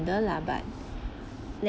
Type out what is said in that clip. under lah but